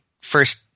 first